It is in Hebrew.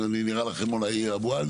אל תטעי את האנשים ואל תטעי את הוועדה.